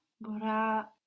Bora